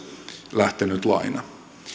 lähtenyt laina